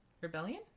rebellion